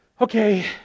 Okay